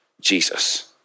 Jesus